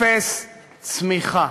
אפס צמיחה.